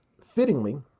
fittingly